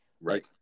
right